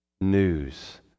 news